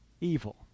evil